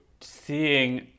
seeing